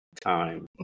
time